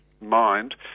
mind